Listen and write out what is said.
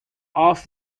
off